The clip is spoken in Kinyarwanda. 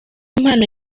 impano